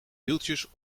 wieltjes